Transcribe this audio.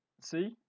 See